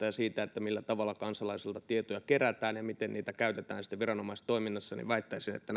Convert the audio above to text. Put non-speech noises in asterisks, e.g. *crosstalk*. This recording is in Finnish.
*unintelligible* ja siitä näkökulmasta millä tavalla kansalaisilta tietoja kerätään ja miten niitä käytetään sitten viranomaistoiminnassa niin väittäisin että *unintelligible*